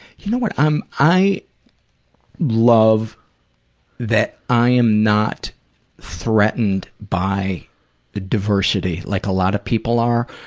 you know what i'm, i love that i am not threatened by diversity, like a lot of people are.